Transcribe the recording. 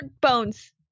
bones